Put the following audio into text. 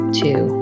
two